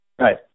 Right